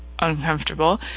uncomfortable